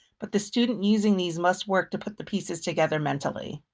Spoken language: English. but the student using these must work to put the pieces together mentally.